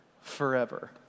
forever